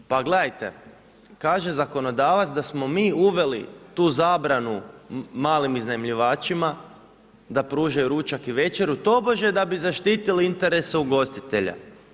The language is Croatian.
Pa gledajte kaže zakonodavac da smo mi uveli tu zabranu malim iznajmljivačima, da pružaju ručak i večeru, tobože da bi zaštitili interese ugostitelja.